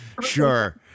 Sure